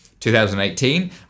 2018